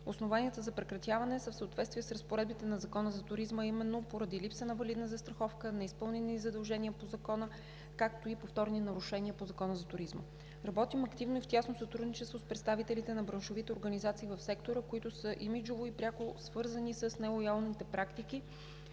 Основанията за прекратяване са в съответствие с разпоредбите на Закона за туризма именно поради липса на валидна застраховка, неизпълнени задължения по Закона, както и повторни нарушения по Закона за туризма. Работим активно и в тясно сътрудничество с представителите на браншовите организации в сектора, които са имиджово и пряко свързани с нелоялните практики